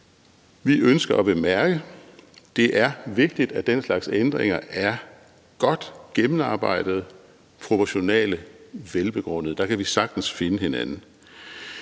vi ønsker at bemærke: Det er vigtigt, at den slags ændringer er godt gennemarbejdede, proportionale og velbegrundede – der kan vi sagtens finde hinanden.